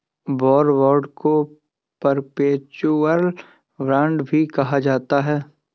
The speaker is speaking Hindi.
वॉर बांड को परपेचुअल बांड भी कहा जाता है